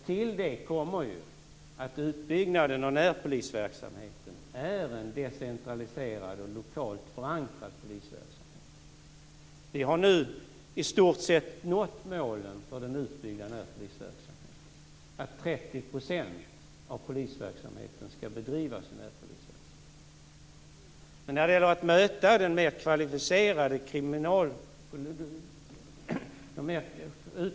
Till det kommer dock att utbyggnaden av närpolisverksamheten ger en decentraliserad och lokalt förankrad polisverksamhet. Vi har nu i stort sett nått målen för utbyggnaden av närpolisverksamheten, som innebär att 30 % av polisverksamheten skall bedrivas som närpolisverksamhet.